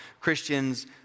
Christians